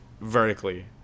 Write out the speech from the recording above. vertically